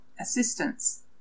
assistance